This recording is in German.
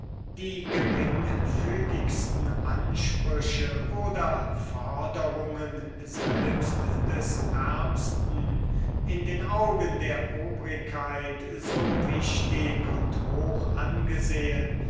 die geringfügigsten ansprüche oder forderungen selbst des ärmsten in den augen der obrigkeit so wichtig und